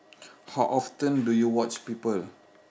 how often do you watch people